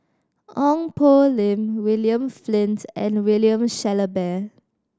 Ong Poh Lim William Flint and William Shellabear